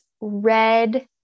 red